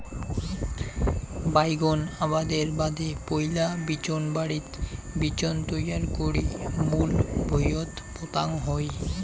বাইগোন আবাদের বাদে পৈলা বিচোনবাড়িত বিচোন তৈয়ার করি মূল ভুঁইয়ত পোতাং হই